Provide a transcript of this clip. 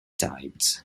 tides